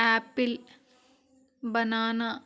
apple banana